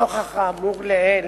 נוכח האמור לעיל